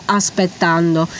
aspettando